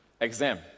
Exam